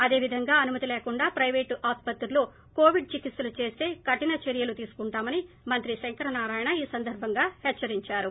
అదేవిధంగా అనుమతి లేకుండా పైపేటు ఆస్పత్రుల్లో కొవిడ్ చికిత్పలు చేస్తే కఠిన చర్యలు తీసుకుంటామని మంత్రి శంకరనారాయణ ఈ సందర్భంగా హెచ్చరించారు